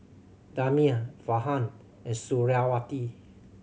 Damia Farhan and Suriawati